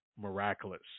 miraculous